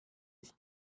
ich